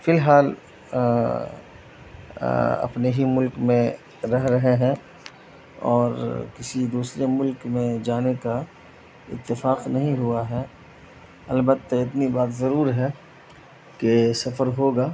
فی الحال اپنے ہی ملک میں رہ رہے ہیں اور کسی دوسرے ملک میں جانے کا اتفاق نہیں ہوا ہے البتہ اتنی بات ضرور ہے کہ سفر ہوگا